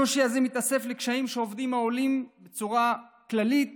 הקושי הזה מתווסף לקשיים שעוברים העולים בצורה כללית